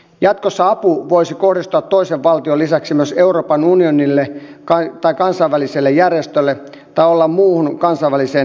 jatkossa apu voisi kohdistua toisen valtion lisäksi myös euroopan unionille tai kansainväliselle järjestölle tai liittyä muuhun kansainväliseen toimintaan